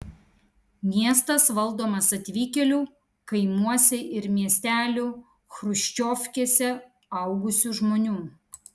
miestas valdomas atvykėlių kaimuose ir miestelių chruščiovkėse augusių žmonių